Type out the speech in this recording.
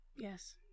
yes